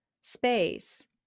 space